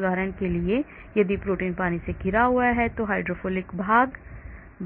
उदाहरण के लिए यदि प्रोटीन पानी से घिरा हुआ है तो हाइड्रोफिलिक भाग